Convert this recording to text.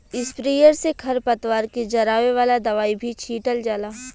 sprayer से खर पतवार के जरावे वाला दवाई भी छीटल जाला